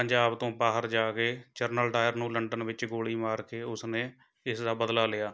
ਪੰਜਾਬ ਤੋਂ ਬਾਹਰ ਜਾ ਕੇ ਜਨਰਲ ਡਾਇਰ ਨੂੰ ਲੰਡਨ ਵਿੱਚ ਗੋਲੀ ਮਾਰ ਕੇ ਉਸ ਨੇ ਇਸਦਾ ਬਦਲਾ ਲਿਆ